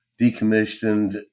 decommissioned